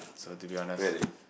so to be honest